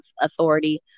authority